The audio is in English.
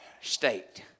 state